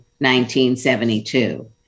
1972